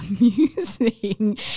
amusing